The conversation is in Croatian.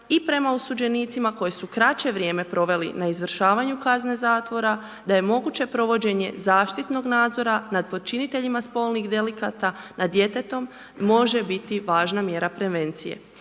i prema osuđenicima koji su kraće vrijeme proveli na izvršavanju kazne zatvora da je moguće provođenje zaštitnog nadzora nad počiniteljima spolnih delikata, nad djetetom može biti važna mjera prevencije.